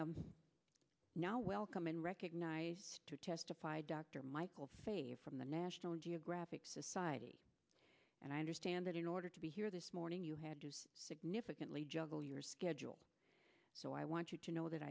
now welcome and recognize to testify dr michael save from the national do you agree society and i understand that in order to be here this morning you had to significantly juggle your schedule so i want you to know that